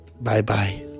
Bye-bye